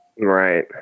Right